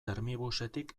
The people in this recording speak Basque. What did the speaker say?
termibusetik